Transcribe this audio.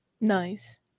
Nice